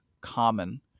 common